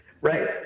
Right